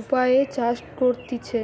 উপায়ে চাষ করতিছে